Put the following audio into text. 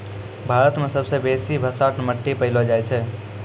भारत मे सबसे बेसी भसाठ मट्टी पैलो जाय छै